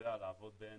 שיודע לעבוד ב-NFC,